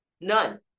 none